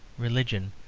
religion,